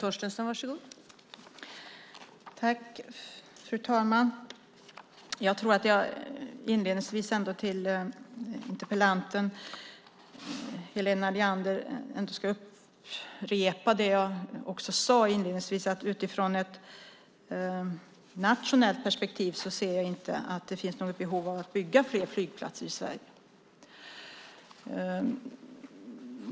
Fru talman! Jag ska till interpellanten Helena Leander upprepa det jag sade inledningsvis, nämligen att utifrån ett nationellt perspektiv ser jag inte att det finns något behov av att bygga fler flygplatser i Sverige.